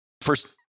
first